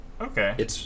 Okay